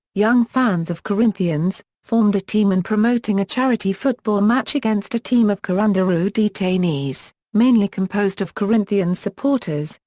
young fans of corinthians, formed a team and promoting a charity football match against a team of carandiru detainees, mainly composed of corinthians supporters,